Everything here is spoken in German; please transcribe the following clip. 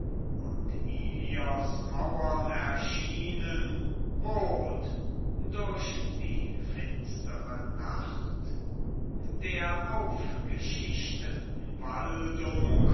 und ilios mauern erschienen rot durch die finstere nacht der aufgeschichteten waldung